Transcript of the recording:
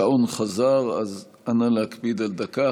השעון חזר, אז אנא, להקפיד על דקה.